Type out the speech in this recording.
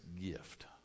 gift